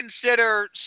consider